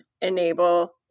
enable